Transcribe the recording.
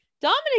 Dominic